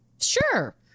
sure